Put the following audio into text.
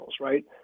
right